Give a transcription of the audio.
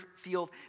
field